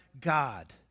god